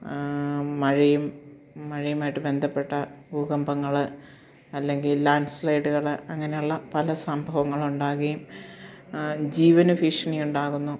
മഴയും മഴയുമായിട്ടു ബന്ധപ്പെട്ട ഭൂകമ്പങ്ങൾ അല്ലെങ്കിൽ ലാൻഡ് സ്ലൈഡുകൾ അങ്ങനെയുള്ള പല സംഭവങ്ങളുണ്ടാകുകയും ജീവന് ഭീഷണിയുണ്ടാകുന്നു